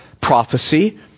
prophecy